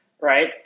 right